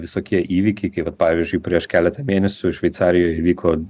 visokie įvykiai kaip vat pavyzdžiui prieš keleta mėnesių šveicarijoje įvyko